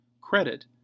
Credit